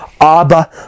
Abba